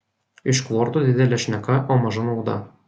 iš kvortų didelė šneka o maža nauda